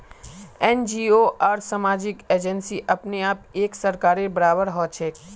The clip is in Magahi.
एन.जी.ओ आर सामाजिक एजेंसी अपने आप एक सरकारेर बराबर हछेक